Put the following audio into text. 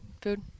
food